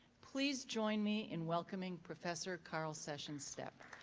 please join me in welcoming professor carl sessions stepp.